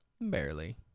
barely